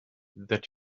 that